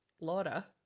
Laura